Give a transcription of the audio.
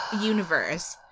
universe